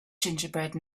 gingerbread